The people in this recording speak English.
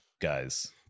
Guys